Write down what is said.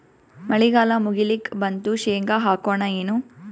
ಮಳಿಗಾಲ ಮುಗಿಲಿಕ್ ಬಂತು, ಶೇಂಗಾ ಹಾಕೋಣ ಏನು?